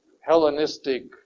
Hellenistic